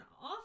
off